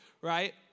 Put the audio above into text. right